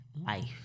life